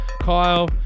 Kyle